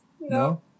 No